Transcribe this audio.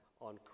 on